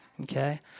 Okay